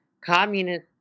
communist